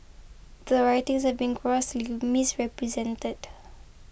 the writings have been grossly misrepresented